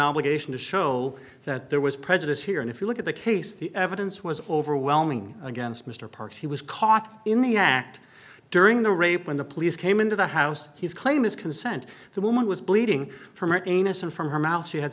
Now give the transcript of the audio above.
obligation to show that there was prejudice here and if you look at the case the evidence was overwhelming against mr parks he was caught in the act during the rape when the police came into the house his claim is consent the woman was bleeding from an anus and from her mouth she had